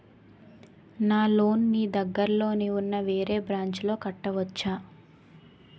నా లోన్ నీ దగ్గర్లోని ఉన్న వేరే బ్రాంచ్ లో కట్టవచా?